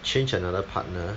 change another partner